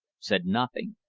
said nothing.